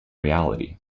reality